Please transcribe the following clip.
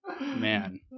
man